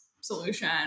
solution